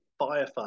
firefight